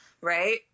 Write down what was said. right